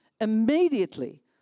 immediately